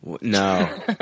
no